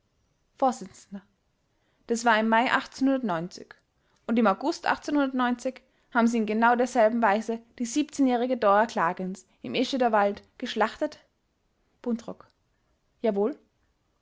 vors das war im mai und im august haben sie in genau derselben weise die siebzehnjährige dora klages im escheder walde geschlachtet buntrock jawohl